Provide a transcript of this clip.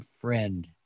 friend